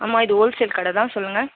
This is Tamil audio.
ஆமாம் இது ஹோல்சேல் கடை தான் சொல்லுங்கள்